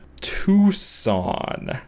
Tucson